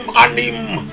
anim